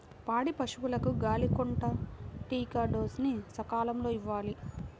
పాడి పశువులకు గాలికొంటా టీకా డోస్ ని సకాలంలో ఇవ్వాలి